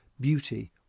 beauty